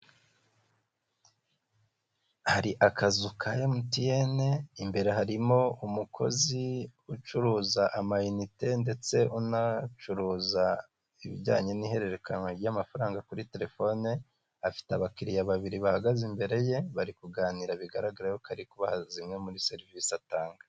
Hari akazu ka MTN imbere harimo umukozi ucuruza ama inite ndetse unacuruza ibijyanye n'ihererekanywa ry'amafaranga kuri telefone, afite abakiriya babiri bahagaze imbere ye bari kuganira bigaragara ko ari kubaha zimwe muri serivisi atanga.